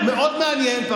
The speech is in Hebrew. אחד, שניים, שלושה.